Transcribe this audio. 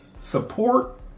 Support